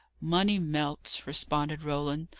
money melts, responded roland.